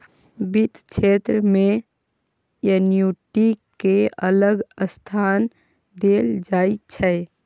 बित्त क्षेत्र मे एन्युटि केँ अलग स्थान देल जाइ छै